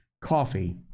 coffee